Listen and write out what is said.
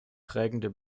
prägende